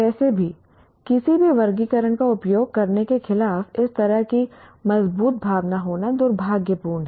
वैसे भी किसी भी वर्गीकरण का उपयोग करने के खिलाफ इस तरह की मजबूत भावना होना दुर्भाग्यपूर्ण है